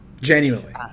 Genuinely